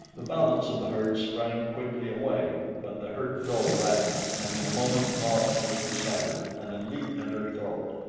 the balance of the herd sprang quickly away but the hurt doe lagged, and in a moment nobs was beside her and had leaped at her throat.